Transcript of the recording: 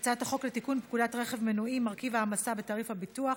הצעת החוק לתיקון פקודת רכב מנועי (מרכיב העמסה בתעריף הביטוח),